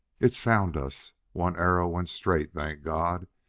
it's found us. one arrow went straight, thank god!